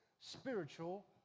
spiritual